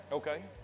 Okay